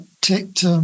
ticked